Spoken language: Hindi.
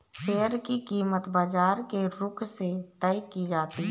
शेयर की कीमत बाजार के रुख से तय की जाती है